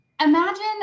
imagine